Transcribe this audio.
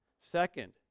Second